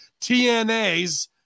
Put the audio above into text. TNAs